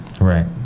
Right